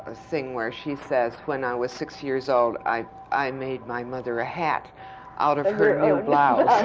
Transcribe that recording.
thing where she says, when i was six years old i i made my mother a hat out of her new blouse.